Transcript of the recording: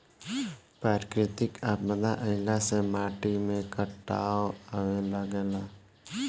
प्राकृतिक आपदा आइला से माटी में कटाव आवे लागेला